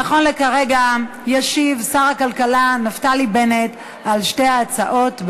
נכון לכרגע ישיב שר הכלכלה נפתלי בנט על שתי ההצעות.